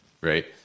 right